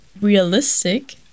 realistic